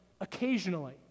occasionally